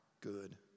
good